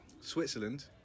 Switzerland